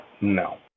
no